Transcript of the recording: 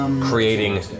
creating